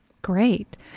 Great